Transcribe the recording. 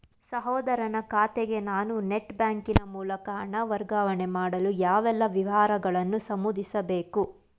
ಸಹೋದರನ ಖಾತೆಗೆ ನಾನು ನೆಟ್ ಬ್ಯಾಂಕಿನ ಮೂಲಕ ಹಣ ವರ್ಗಾವಣೆ ಮಾಡಲು ಯಾವೆಲ್ಲ ವಿವರಗಳನ್ನು ನಮೂದಿಸಬೇಕು?